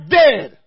dead